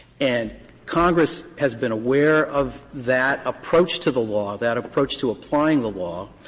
and congress has been aware of that approach to the law, that approach to applying the law,